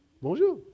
Bonjour